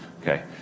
Okay